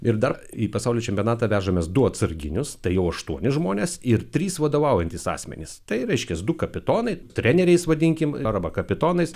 ir dar į pasaulio čempionatą vežamės du atsarginius tai jau aštuoni žmonės ir trys vadovaujantys asmenys tai reiškias du kapitonai treneriais vadinkim arba kapitonais